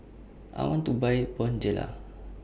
I want to Buy Bonjela